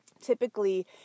typically